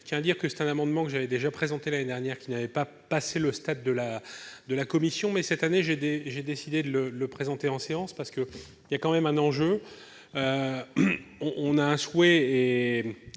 je tiens à dire que c'est un amendement que j'avais déjà présenté l'année dernière, qui n'avait pas passé le stade de la de la commission, mais cette année, j'ai des j'ai décidé de le le présenter en séance parce que il y a quand même un enjeu on on a un souhait et